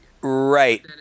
Right